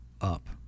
up